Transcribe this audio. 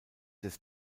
des